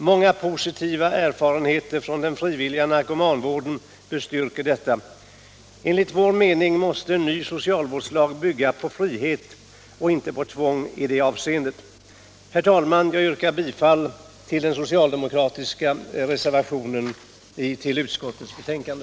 Många positiva erfarenheter från den frivilliga narkomanvården bestyrker detta. Enligt vår mening måste en ny socialvårdslag i det avseendet bygga på frihet och inte på tvång. Herr talman! Jag yrkar bifall till den socialdemokratiska reservationen vid utskottets betänkande.